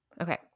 Okay